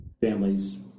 Families